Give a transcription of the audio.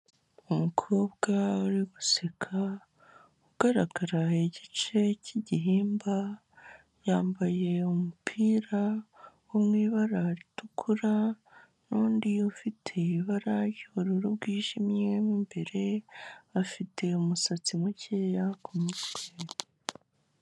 Umukobwa uri guseka ugaragara igice cy'igihimba, yambaye umupira wo mu ibara ritukura n'undi ufite ibara ry'ubururu bwijimye mu imbere, afite umusatsi mukeya ku mutwe.